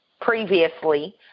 previously